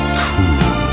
cool